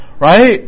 Right